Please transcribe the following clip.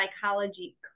psychology